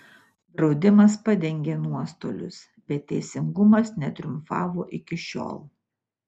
draudimas padengė nuostolius bet teisingumas netriumfavo iki šiol